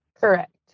Correct